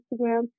Instagram